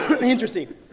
Interesting